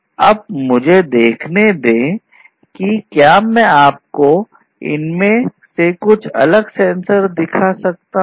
अब मुझे देखने दें कि क्या मैं आपको इनमें से कुछ अलग सेंसर दिखा सकता हूं